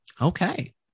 okay